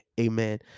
amen